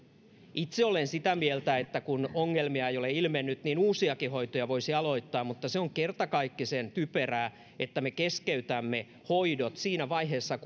itse olen sitä mieltä että kun ongelmia ei ole ilmennyt niin uusiakin hoitoja voisi aloittaa mutta se on kertakaikkisen typerää että me keskeytämme hoidot siinä vaiheessa